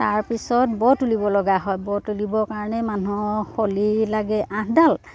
তাৰপিছত ব' তুলিব লগা হয় ব' তুলিবৰ কাৰণে মানুহক শলি লাগে আঠডাল